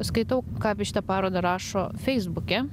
skaitau ką apie šitą parodą rašo feisbuke